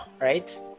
right